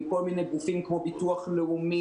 עם כל מיני גופים כמו ביטוח לאומי,